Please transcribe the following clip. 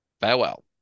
farewell